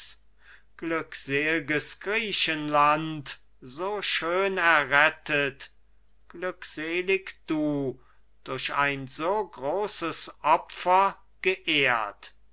glücksel'ges griechenland so schön errettet glückselig du durch ein so großes opfer geehrt